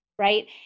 right